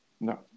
No